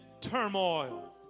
turmoil